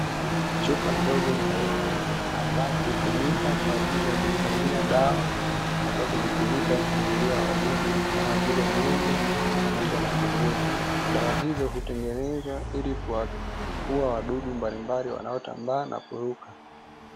Chupa ndogo nyeupe ambayo hutumika kwaajili kuhifadhia. dawa ambazo hutumika kwaajili ya kuulia wadudu kama vile mende na kunguni. dawa hizo utengenezwa kuulia wadudu mbalimbali wanaotambaa na kuruka.